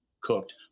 cooked